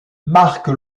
marque